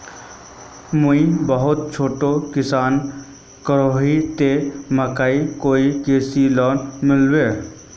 मुई बहुत छोटो किसान करोही ते मकईर कोई कृषि लोन मिलबे?